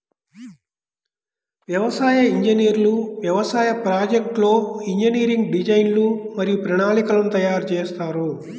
వ్యవసాయ ఇంజనీర్లు వ్యవసాయ ప్రాజెక్ట్లో ఇంజనీరింగ్ డిజైన్లు మరియు ప్రణాళికలను తయారు చేస్తారు